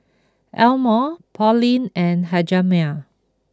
Elmore Pauline and Hjalmer